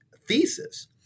thesis